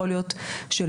זה יכול להיות שלא,